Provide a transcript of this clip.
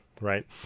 Right